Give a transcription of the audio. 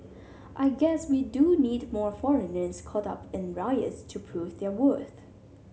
I guess we do need more foreigners caught up in riots to prove their worth